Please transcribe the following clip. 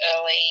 early